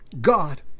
God